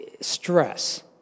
stress